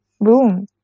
Boom